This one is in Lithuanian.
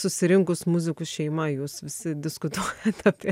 susirinkus muzikų šeima jūs visi diskutuoja apie